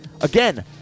again